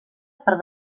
per